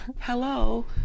Hello